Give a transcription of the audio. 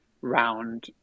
round